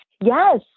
Yes